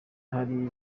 hari